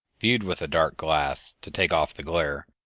viewed with a dark glass to take off the glare,